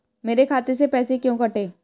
मेरे खाते से पैसे क्यों कटे?